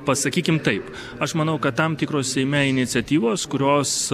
pasakykim taip aš manau kad tam tikros seime iniciatyvos kurios